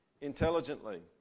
intelligently